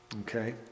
Okay